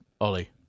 Ollie